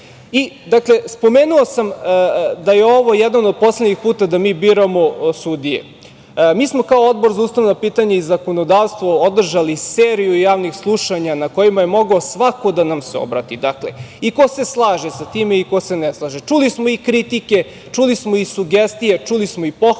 rade. Dakle, spomenuo sam da je ovo jedan od poslednjih puta da mi biramo sudije. Mi smo kao Odbor za ustavna pitanja i zakonodavstvo održali seriju javnih slušanja na kojima je mogao svako da nam se obrati. Dakle, i ko se slaže sa tim, i ko se ne slaže, čuli smo i kritike, čuli smo i sugestije, čuli smo i pohvale, i